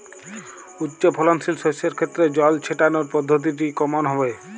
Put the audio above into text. উচ্চফলনশীল শস্যের ক্ষেত্রে জল ছেটানোর পদ্ধতিটি কমন হবে?